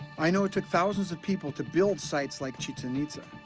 i know it took thousands of people to build sites like chichen itza.